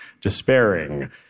Despairing